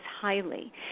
highly